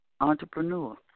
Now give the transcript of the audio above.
entrepreneur